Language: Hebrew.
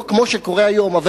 לא במידת ההקפאה היום,